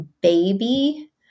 baby